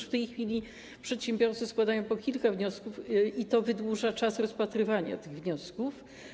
W tej chwili przedsiębiorcy składają po kilka wniosków i to wydłuża czas rozpatrywania tych wniosków.